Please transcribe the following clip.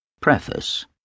Preface